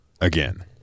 Again